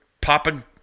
popping